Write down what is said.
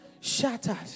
Shattered